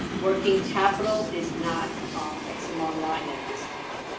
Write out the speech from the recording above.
working capital is not, um, ex-im online at this time.